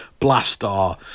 blastar